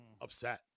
upset